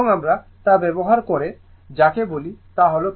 এবং আমরা তা ব্যবহার করে যাকে বলি তা হল kcl kbl